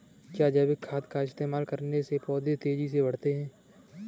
क्या जैविक खाद का इस्तेमाल करने से पौधे तेजी से बढ़ते हैं?